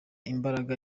imbaraga